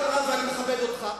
אני מכבד אותך.